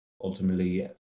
ultimately